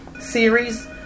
series